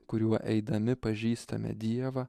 kuriuo eidami pažįstame dievą